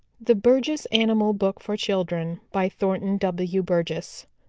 the burgess animal book for children by thornton w. burgess